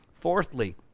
Fourthly